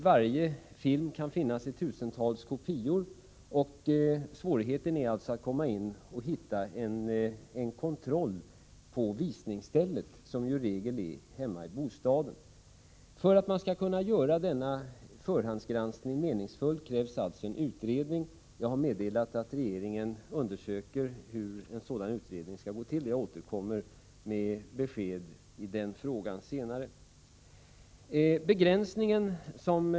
Varje film kan finnas i tusentals kopior, och svårigheten är alltså att åstadkomma en kontroll på visningsstället, som ju i regel är hemma i bostaden. För att man skall kunna göra denna förhandsgranskning meningsfull krävs alltså en utredning. Jag har meddelat att regeringen undersöker hur en sådan utredning skall gå till; jag återkommer med besked i den frågan senare.